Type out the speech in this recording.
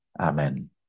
Amen